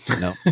no